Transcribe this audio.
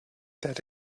that